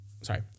sorry